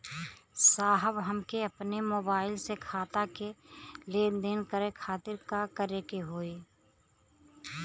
साहब हमके अपने मोबाइल से खाता के लेनदेन करे खातिर का करे के होई?